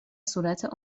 صورت